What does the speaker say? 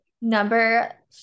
number